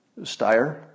Steyer